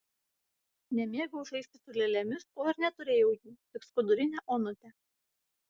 nemėgau žaisti su lėlėmis o ir neturėjau jų tik skudurinę onutę